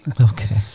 Okay